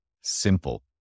simple